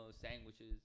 sandwiches